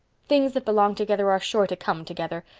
things that belong together are sure to come together.